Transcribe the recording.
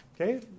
Okay